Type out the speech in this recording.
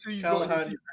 Callahan